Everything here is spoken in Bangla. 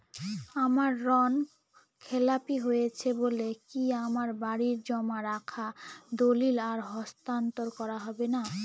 আমার ঋণ খেলাপি হয়েছে বলে কি আমার বাড়ির জমা রাখা দলিল আর হস্তান্তর করা হবে না?